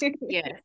Yes